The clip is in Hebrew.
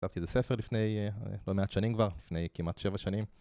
כתבתי איזה ספר לפני לא מעט שנים כבר, לפני כמעט שבע שנים